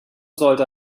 sollte